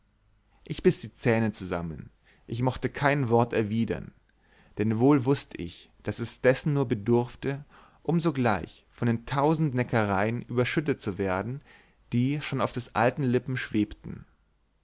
ich biß die zähne zusammen ich mochte kein wort erwidern denn wohl wußt ich daß es dessen nur bedurfte um sogleich von den tausend neckereien überschüttet zu werden die schon auf des alten lippen schwebten